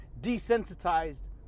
desensitized